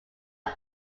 are